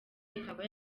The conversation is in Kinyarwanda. ikaba